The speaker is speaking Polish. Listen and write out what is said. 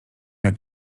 jak